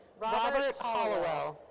robert hollowell.